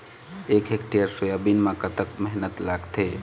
एक hectare soybean म कतक मेहनती लागथे?